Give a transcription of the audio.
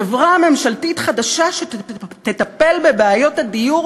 חברה ממשלתית חדשה שתטפל בבעיות הדיור